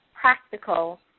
practical